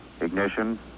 ignition